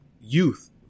youth